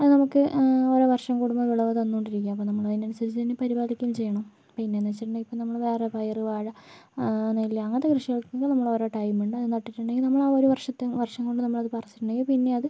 അത് നമുക്ക് ഓരോ വർഷം കൂടുമ്പോൾ വിളവ് തന്നുകൊണ്ടിരിക്കും അപ്പോൾ നമ്മൾ അതിനനുസരിച്ച് അതിനെ പരിപാലിക്കുകയും ചെയ്യണം പിന്നെയെന്ന് വെച്ചിട്ടുണ്ടെങ്കിൽ ഇപ്പോൾ നമ്മൾ വേറെ പയർ വാഴ നെല്ല് അങ്ങനത്തെ കൃഷികൾക്കൊക്കെ നമ്മൾ ഓരോ ടൈം ഉണ്ട് അത് നട്ടിട്ടുണ്ടെങ്കിൽ നമ്മൾ ആ ഒരു വർഷത്തെ വർഷം കൊണ്ട് നമ്മൾ അത് പറച്ചിട്ടുണ്ടെങ്കിൽ പിന്നെ അത്